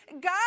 God